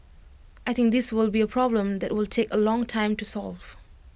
I think this will be A problem that will take A long time to solve